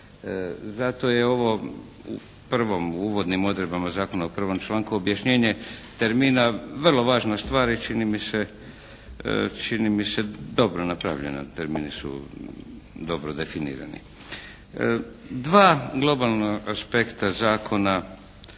Zato je ovo prvo u uvodnim odredbama zakona u prvom članku objašnjenje termina vrlo važna stvar, jer čini mi se dobro napravljena, termini su dobro definirani. Dva globalna aspekta zakona